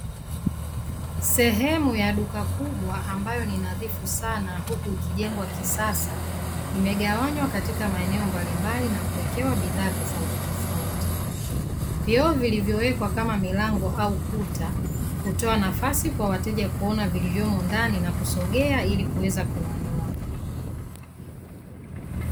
Sehemu ya duka kubwa ambayo ni nadhifu sana huku ikijengwa kisasa, imegawanywa katika maeneo mbalimbali na kuwekewa bidhaa tofautitofauti. Vioo vilivyowekwa kama milango au kuta, hutoa nafasi kwa wateja kuona vilivyomo ndani na kusogea ili kuweza kununua.